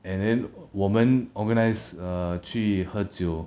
and then 我们 organize err 去喝酒